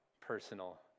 personal